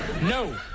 No